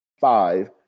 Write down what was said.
five